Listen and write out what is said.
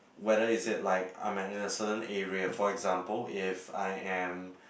whether is it like I'm in at a certain area for example if I am